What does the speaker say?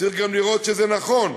צריך גם לראות שזה נכון.